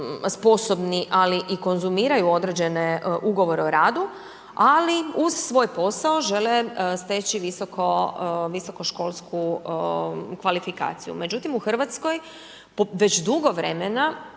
sposobni, ali i konzumiraju određene ugovore o radu, ali uz svoj posao žele steći visokoškolsku kvalifikaciju. Međutim u Hrvatskoj već dugo vremena